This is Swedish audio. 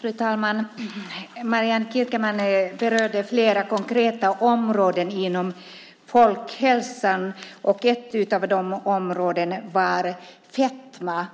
Fru talman! Marianne Kierkemann berörde flera konkreta områden inom folkhälsan. Ett av de områdena var fetma